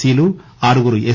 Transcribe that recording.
seal ఆరుగురు yes